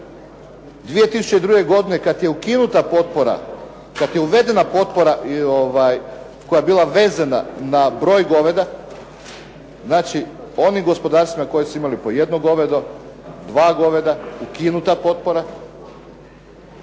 potpora, kad je uvedena potpora koja je bila vezana na broj goveda, znači onim gospodarstvima koji su imali po jedno govedo, dva goveda, ukinuta potpora.